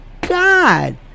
God